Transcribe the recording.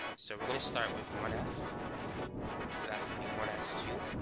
so we're gonna start with one s so that's gonna be one s two